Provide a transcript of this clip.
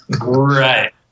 right